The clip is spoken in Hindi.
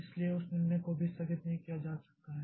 इसलिए उस निर्णय को भी स्थगित नहीं किया जा सकता है